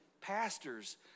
pastors